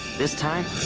this time,